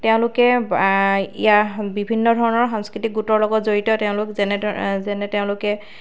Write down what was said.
তেওঁলোকে ইয়াৰ বিভিন্ন ধৰণৰ সাংস্কৃতিক গোটৰ লগত জড়িত তেওঁলোক যেনেদৰে যেনে তেওঁলোকে